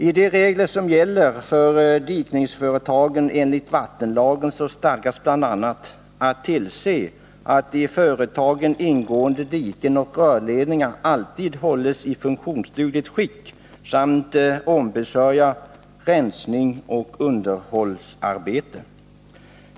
I de regler som gäller för dikningsföretagen enligt vattenlagen stadgas bl.a. att man skall tillse att i företagen ingående diken och rörledningar alltid hålls i funktionsdugligt skick samt ombesörja rensning och underhållsarbete.